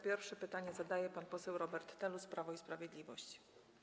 Pierwszy pytanie zadaje pan poseł Robert Telus, Prawo i Sprawiedliwość.